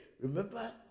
Remember